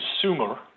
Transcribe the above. consumer